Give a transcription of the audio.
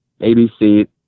ABC